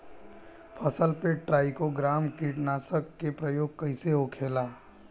फसल पे trichogramma कीटनाशक के प्रयोग कइसे होखेला?